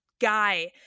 guy